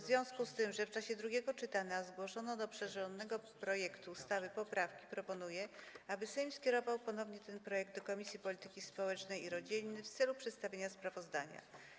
W związku z tym, że w czasie drugiego czytania zgłoszono do przedłożonego projektu ustawy poprawki, proponuję, aby Sejm skierował ponownie ten projekt do Komisji Polityki Społecznej i Rodziny w celu przedstawienia sprawozdania.